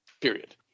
period